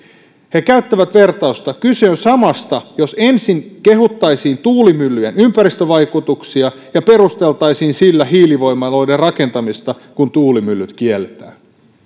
he käyttävät vertausta kyse on samasta jos ensin kehuttaisiin tuulimyllyjen ympäristövaikutuksia ja perusteltaisiin sillä hiilivoimaloiden rakentamista kun tuulimyllyt kielletään